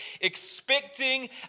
expecting